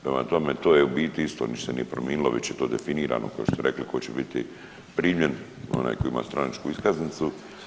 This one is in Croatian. Prema tome to je u biti isto, ništa se nije prominilo već je to definirano kao što ste rekli tko će biti primljen, onaj koji ima stranačku iskaznicu.